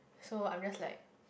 so I'm just like